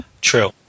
true